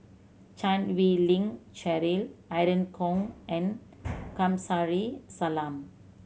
Chan Wei Ling Cheryl Irene Khong and Kamsari Salam